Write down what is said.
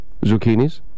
zucchinis